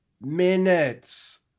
minutes